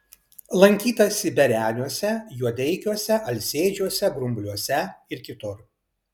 lankytasi bereniuose juodeikiuose alsėdžiuose grumbliuose ir kitur